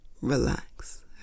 relax